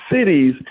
cities